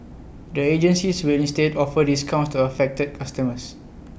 the agencies will instead offer discounts to affected customers